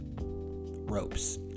ropes